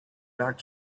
back